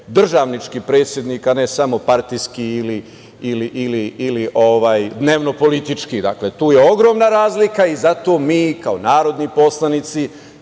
državnički predsednik, a ne samo partijski ili dnevno-politički. Tu je ogromna razlika. Zato mi kao narodni poslanici,